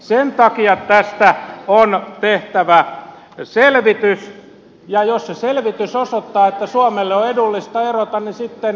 sen takia tästä on tehtävä selvitys ja jos se selvitys osoittaa että suomelle on edullista erota niin sitten erotaan